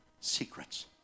secrets